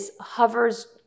hovers